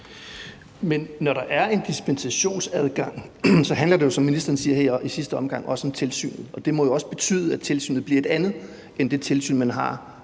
Men når der er en dispensationsadgang, handler det, som ministeren siger her i sidste omgang, også om tilsynet. Og det må jo også betyde, at tilsynet bliver et andet end det tilsyn, man har